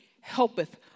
helpeth